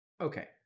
Okay